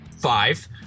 Five